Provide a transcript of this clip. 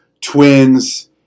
twins